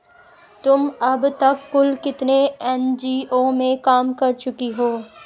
तुम अब तक कुल कितने एन.जी.ओ में काम कर चुकी हो?